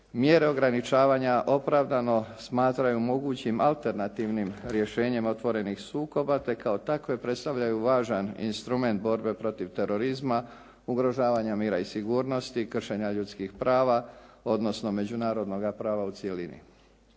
mjere ograničavanja opravdano smatraju mogućim alternativnim rješenjem otvorenih sukoba, te kao takve predstavljaju važan instrument borbe protiv terorizma, ugrožavanja mira i sigurnosti, kršenja ljudskih prava, odnosno međunarodnoga prava u cjelini.